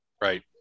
Right